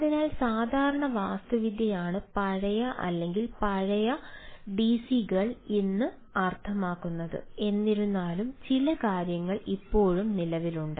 അതിനാൽ സാധാരണ വാസ്തുവിദ്യയാണ് പഴയ അല്ലെങ്കിൽ പഴയ ഡിസികൾ എന്ന് അർത്ഥമാക്കുന്നത് എന്നിരുന്നാലും ചില കാര്യങ്ങൾ ഇപ്പോഴും നിലവിലുണ്ട്